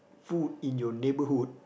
food in your neighbourhood